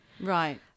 Right